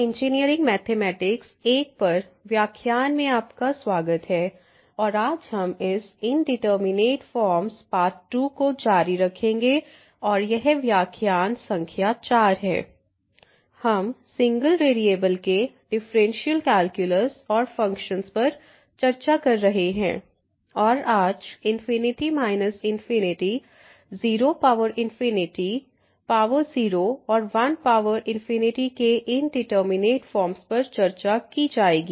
engineering mathematics I पर व्याख्यान में आपका स्वागत है और आज हम इस इंडिटरमिनेट फॉर्म्स पार्ट 2 को जारी रखेंगे और यह व्याख्यान संख्या 4 है हम सिंगल वेरिएबल के डिफरेंशियल कैलकुलस और फंक्शन्स पर चर्चा कर रहे हैं और आज infinity minus infinity 0 power 0 infinity power 0 और 1 पावर इन्फिनिटी के इंडिटरमिनेट फॉर्म्स पर चर्चा की जाएगी